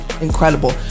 incredible